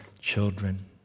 children